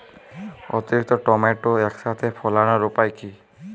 অতিরিক্ত টমেটো একসাথে ফলানোর উপায় কী?